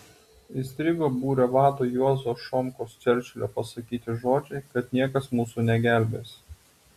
įstrigo būrio vado juozo šomkos čerčilio pasakyti žodžiai kad niekas mūsų negelbės